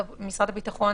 משרד הביטחון